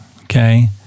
Okay